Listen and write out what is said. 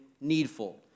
needful